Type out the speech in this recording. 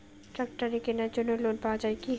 ট্রাক্টরের কেনার জন্য লোন পাওয়া যায় কি?